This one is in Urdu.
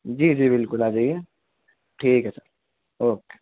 جی جی بالکل آ جائیے ٹھیک ہے سر اوکے